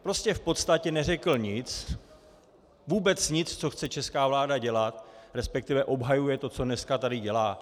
Prostě v podstatě neřekl nic, vůbec nic, co chce česká vláda dělat, respektive obhajuje to, co tady dneska dělá.